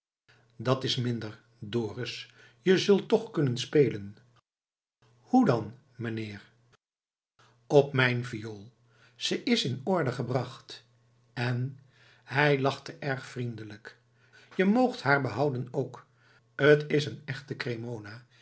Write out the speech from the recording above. dat's minder dorus je zult toch kunnen spelen hoe dan mijnheer op mijn viool ze is in orde gebracht en hij lachte erg vriendelijk je moogt haar behouden ook t is een echte cremona